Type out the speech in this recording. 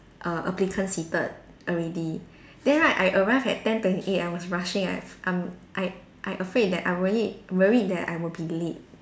err applicants seated already then right I arrived at ten twenty eight I was rushing I I'm I I afraid that I worried worried that I will be late